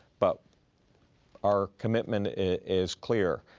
but our commitment is clear,